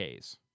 Ks